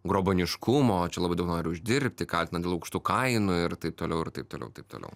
grobuoniškumo čia labai daug nori uždirbti kaltino dėl aukštų kainų ir taip toliau ir taip toliau taip toliau